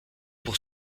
pour